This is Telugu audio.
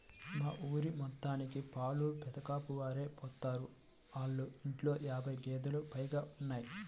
మా ఊరి మొత్తానికి పాలు పెదకాపుగారే పోత్తారు, ఆళ్ళ ఇంట్లో యాబై గేదేలు పైగా ఉంటయ్